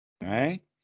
Right